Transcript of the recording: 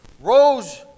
Rose